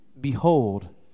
behold